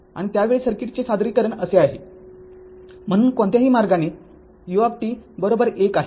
आणि त्या वेळी सर्किटचे सादरीकरण असे आहे म्हणून कोणत्याही मार्गाने u१ आहे